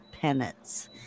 penance